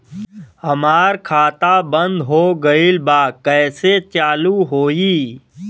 हमार खाता बंद हो गईल बा कैसे चालू होई?